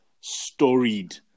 storied